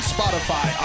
Spotify